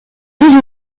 deux